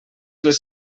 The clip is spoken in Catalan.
les